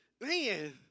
man